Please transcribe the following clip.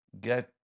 get